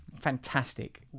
fantastic